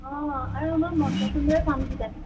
অঁ আৰু মই মনপছন্দৰেই পাম কিজানি